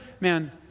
man